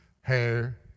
hair